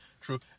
True